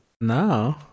No